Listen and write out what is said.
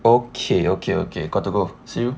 okay okay okay gotta go see you